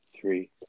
three